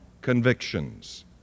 convictions